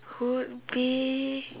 would be